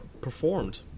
performed